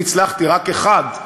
אני הצלחתי רק אחד,